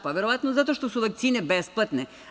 Pa, verovatno zato što su vakcine besplatne.